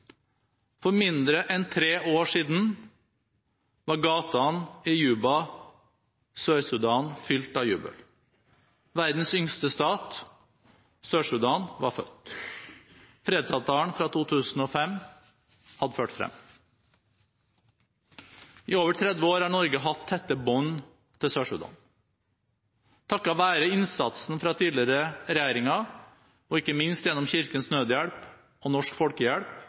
For mindre enn tre år siden var gatene i Juba i Sør-Sudan fylt av jubel. Verdens yngste stat – Sør-Sudan – var født. Fredsavtalen fra 2005 hadde ført frem. I over 30 år har Norge hatt tette bånd til Sør-Sudan. Takket være innsatsen fra tidligere regjeringer, og ikke minst gjennom Kirkens Nødhjelp og Norsk